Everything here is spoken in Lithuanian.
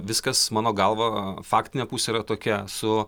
viskas mano galva faktinė pusė yra tokia su